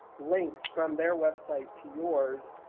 links from their website to yours,